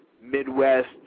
Midwest